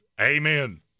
amen